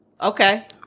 okay